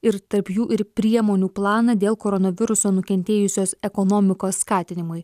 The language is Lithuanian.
ir tarp jų ir priemonių planą dėl koronaviruso nukentėjusios ekonomikos skatinimui